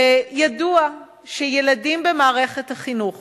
ידוע שילדים במערכת החינוך